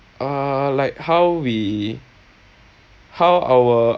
uh like how we how our